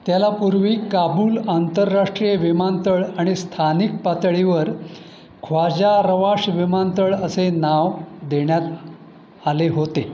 त्याला पूर्वी काबूल आंतरराष्ट्रीय विमानतळ आणि स्थानिक पातळीवर ख्वाजा रवाश विमानतळ असे नाव देण्यात आले होते